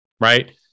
right